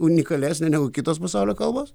unikalesnė negu kitos pasaulio kalbos